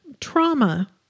trauma